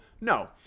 No